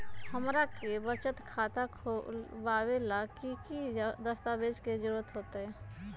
हमरा के बचत खाता खोलबाबे ला की की दस्तावेज के जरूरत होतई?